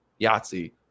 Yahtzee